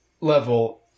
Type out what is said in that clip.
level